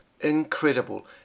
Incredible